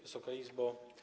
Wysoka Izbo!